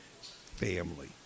family